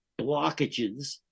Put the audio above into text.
blockages